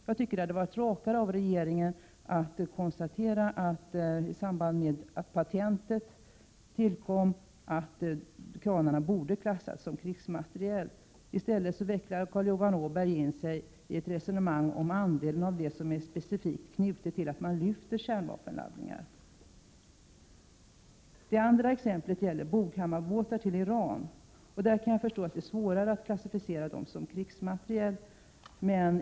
Jag tycker att det hade varit rakare av regeringen att i samband med att patentet tillkom konstatera att kranarna borde klassas som krigsmateriel. I stället vecklar Carl Johan Åberg in sig i ett resonemang om andelen av det som är specifikt knutet till att man lyfter kärnvapenladdningar. Det andra exemplet gäller Boghammarbåtarna till Iran. I det fallet kan jag förstå att det är svårare att klassificera dem som krigsmateriel.